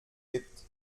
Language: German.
gibt